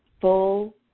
full